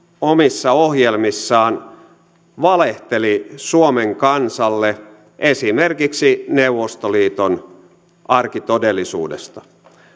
omissa ohjelmissaan valehteli suomen kansalle esimerkiksi neuvostoliiton arkitodellisuudesta